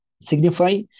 Signify